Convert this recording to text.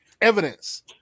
evidence